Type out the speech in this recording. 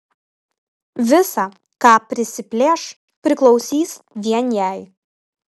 visa ką prisiplėš priklausys vien jai